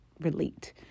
relate